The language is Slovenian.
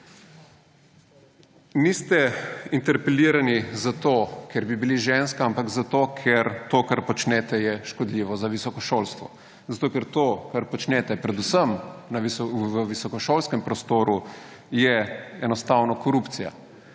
Niste interpelirani zato, ker bi bili ženska, ampak zato, ker to, kar počnete, je škodljivo za visoko šolstvo, ker to, kar počnete predvsem v visokošolskem prostoru, je enostavno korupcija.